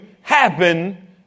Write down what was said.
happen